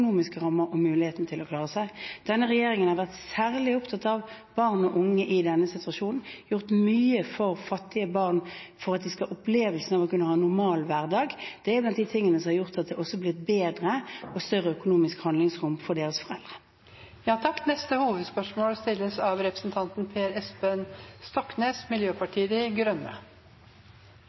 rammer og muligheten til å klare seg. Denne regjeringen har vært særlig opptatt av barn og unge i denne situasjonen og har gjort mye for fattige barn for at de skal kunne ha opplevelsen av å ha en normal hverdag. Det er en av de tingene som har gjort at det også blir bedre og større økonomisk handlingsrom for deres foreldre. Vi går til neste hovedspørsmål.